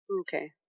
Okay